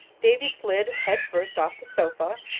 davy slid head first off the sofa,